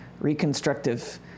reconstructive